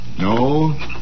No